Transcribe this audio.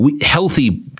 healthy